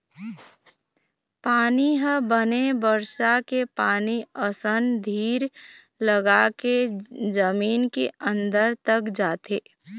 पानी ह बने बरसा के पानी असन धीर लगाके जमीन के अंदर तक जाथे